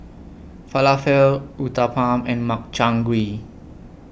Falafel Uthapam and Makchang Gui